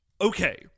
Okay